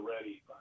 Ready